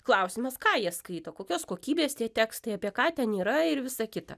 klausimas ką jie skaito kokios kokybės tie tekstai apie ką ten yra ir visa kita